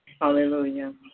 Hallelujah